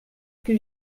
que